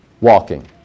Walking